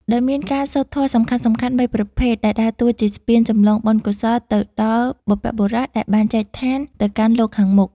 ដោយមានការសូត្រធម៌សំខាន់ៗបីប្រភេទដែលដើរតួជាស្ពានចម្លងបុណ្យកុសលទៅដល់បុព្វបុរសដែលបានចែកឋានទៅកាន់លោកខាងមុខ។